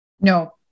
no